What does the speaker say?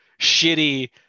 shitty